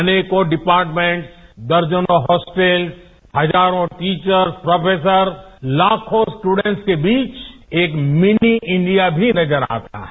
अनेकों डिपार्टमेंट्स दर्जनों हॉस्टल्स हजारों टीचर्स प्रोफेसर्स लाखों स्टूडेंट्स के बीच एक मिनी इंडिया भी नजर आता है